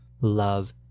love